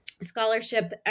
scholarship